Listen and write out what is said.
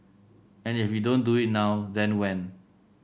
and if we don't do it now then when